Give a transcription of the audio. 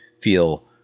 feel